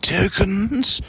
Tokens